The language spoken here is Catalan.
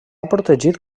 protegit